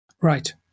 Right